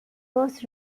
was